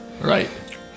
Right